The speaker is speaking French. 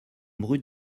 brut